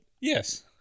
Yes